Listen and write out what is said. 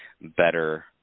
better